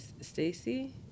Stacey